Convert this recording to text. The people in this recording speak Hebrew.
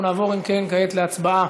אנחנו נעבור, אם כן, כעת להצבעה